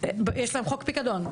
יש בהן חוק פיקדון.